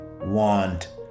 want